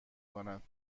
کند